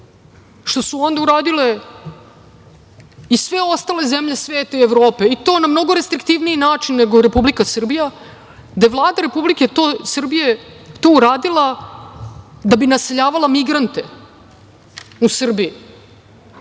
što su onda uradile i sve ostale zemlje sveta i Evrope i to na mnogo restriktivniji način nego Republika Srbija, da je Vlada Republike Srbije to uradila da bi naseljavala migrant u Srbiji